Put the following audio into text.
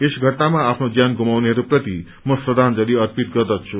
यस घटनामा आफ्नो ज्यान गुमाउनेहरूप्रति म श्रद्वांजलि अर्पित गर्दछु